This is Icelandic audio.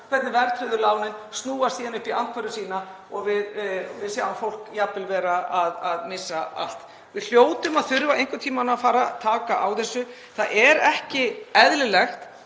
hvernig verðtryggðu lánin snúast upp í andhverfu sína og við sjáum fólk jafnvel vera að missa allt. Við hljótum að þurfa einhvern tímann að fara að taka á þessu. Það er ekki eðlilegt